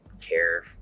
care